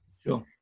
sure